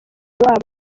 wabo